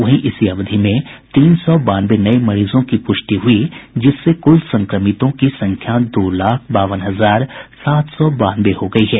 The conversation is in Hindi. वहीं इसी अवधि में तीन सौ बानवे नये मरीजों की प्रष्टि हुई जिससे कुल संक्रमितों की संख्या दो लाख बावन हजार सात सौ बानवे हो गयी है